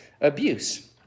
abuse